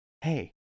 hey